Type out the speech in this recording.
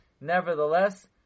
nevertheless